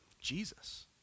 Jesus